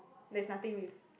there's nothing with